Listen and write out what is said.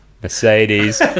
Mercedes